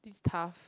tough